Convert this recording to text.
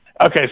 Okay